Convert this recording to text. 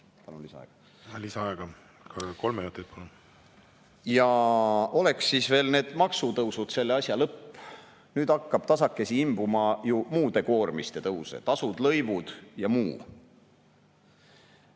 Oleks siis veel need maksutõusud selle asja lõpp. Nüüd hakkab tasakesi imbuma ju muude koormiste tõuse: tasud, lõivud ja muu.